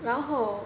然后